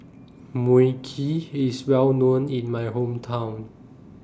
Mui Kee IS Well known in My Hometown